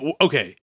okay